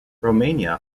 romania